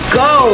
go